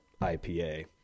ipa